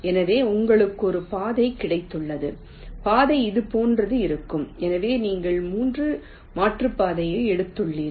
எனவே உங்களுக்கு ஒரு பாதை கிடைத்துள்ளது பாதை இதுபோன்றதாக இருக்கும் எனவே நீங்கள் 3 மாற்றுப்பாதைகளை எடுத்துள்ளீர்கள்